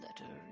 letter